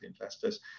investors